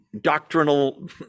doctrinal